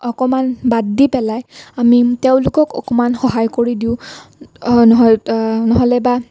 অকণমান বাদ দি পেলাই আমি তেওঁলোকক অকণমান সহায় কৰি দিওঁ নহ'লে বা